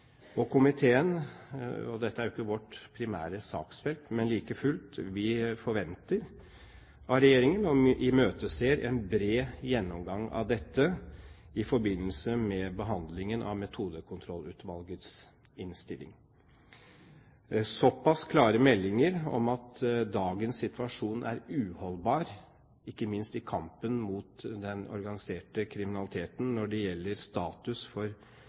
men komiteen forventer like fullt og imøteser en bred gjennomgang fra regjeringens side av dette i forbindelse med behandlingen av Metodekontrollutvalgets innstilling. Med så pass klare meldinger om at dagens situasjon er uholdbar, ikke minst i kampen mot den organiserte kriminaliteten når det gjelder status for